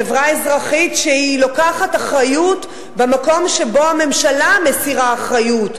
חברה אזרחית שלוקחת אחריות במקום שבו הממשלה מסירה אחריות.